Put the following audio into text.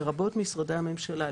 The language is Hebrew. לרבות משרדי הממשלה,